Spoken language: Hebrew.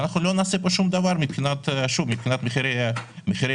ואנחנו לא נעשה שום דבר מבחינת מחירי הדיור